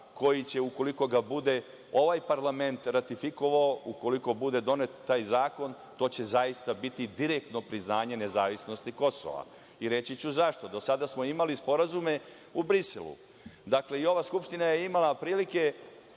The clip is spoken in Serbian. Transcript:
koji će, ukoliko ga bude ovaj parlament ratifikovao, ukoliko bude donet taj zakon, to će zaista biti direktno priznanje nezavisnosti Kosova. Reći ću zašto. Do sada smo imali sporazume u Briselu. I ova Skupština je imala prilike